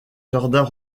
jardins